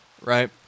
right